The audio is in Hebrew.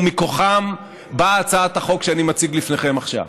ומכוחם באה הצעת החוק שאני מציג בפניכם עכשיו.